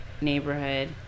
neighborhood